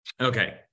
Okay